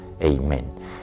Amen